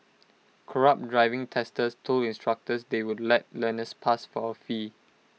corrupt driving testers told instructors they would let learners pass for A fee